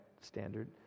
standard